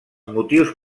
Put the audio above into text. motius